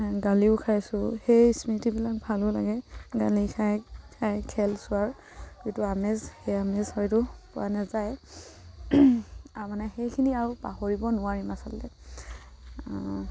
গালিও খাইছোঁ সেই স্মৃতিবিলাক ভালো লাগে গালি খাই খাই খেল চোৱাৰ যিটো আমেজ সেই আমেজ হয়তো পোৱা নাযায় মানে সেইখিনি আৰু পাহৰিব নোৱাৰিম আচলতে